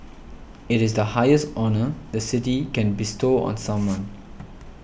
it is the highest honour the City can bestow on someone